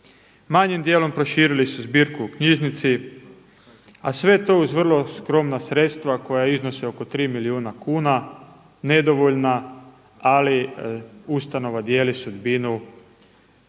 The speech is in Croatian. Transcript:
Manjim dijelom proširili su zbirku u knjižnici, a sve to uz vrlo skromna sredstva koja iznose oko tri milijuna kuna nedovoljna, ali ustanova dijeli sudbinu